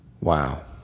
Wow